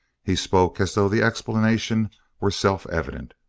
he spoke as though the explanation were self-evident.